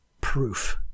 proof